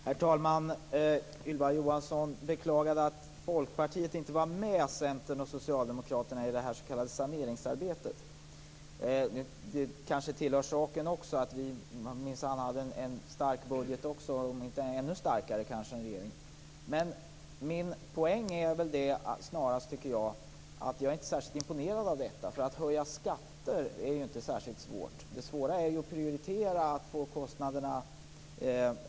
Herr talman! Ylva Johansson beklagade att Folkpartiet inte var med Centern och Socialdemokraterna i det s.k. saneringsarbetet. Det kanske ändå hör till saken att vi minsann också hade en stark budget, kanske ännu starkare än regeringen. Men jag är inte särskilt imponerad av det saneringsarbetet. Att höja skatter är ju inte särskilt svårt. Det svåra är ju att prioritera, att få det att gå ihop.